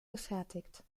gefertigt